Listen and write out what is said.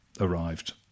arrived